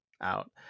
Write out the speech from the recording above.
out